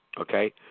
Okay